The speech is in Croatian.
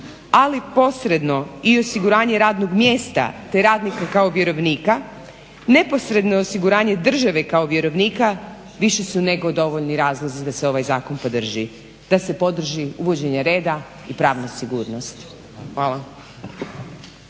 ali posredno i osiguranje radnog mjesta te radnika kao vjerovnika, neposredno osiguranje države kao vjerovnika više su nego dovoljni razlozi da se ovaj zakon podrži, da se podrži uvođenje reda i pravne sigurnosti. Hvala.